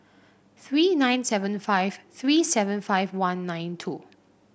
three nine seven five three seven five one nine two